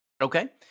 Okay